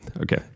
Okay